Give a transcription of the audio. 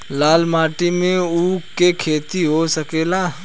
लाल माटी मे ऊँख के खेती हो सकेला?